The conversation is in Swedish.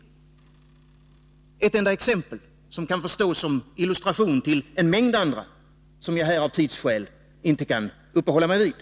Ett enda exempel kan stå som illustration till en mängd andra fall som jag av tidsskälinte kan uppehålla mig vid.